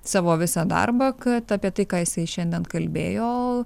savo visą darbą kad apie tai ką jisai šiandien kalbėjo